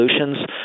solutions